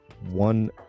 one